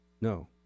No